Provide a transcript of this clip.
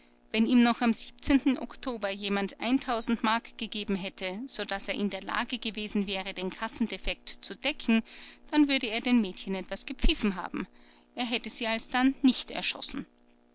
wenn ihm noch am oktober jemand m gegeben hätte so daß er in der lage gewesen wäre den kassendefekt zu decken dann würde er den mädchen etwas gepfiffen haben er hätte sie alsdann nicht erschossen